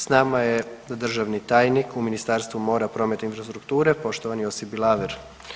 S nama je državni tajnik u Ministarstvu mora, prometa i infrastrukture poštovani Josip Bilaver.